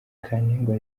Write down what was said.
kantengwa